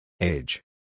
Age